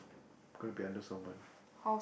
gonna be under someone